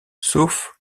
sauf